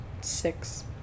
Six